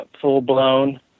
full-blown